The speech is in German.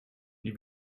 die